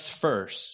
first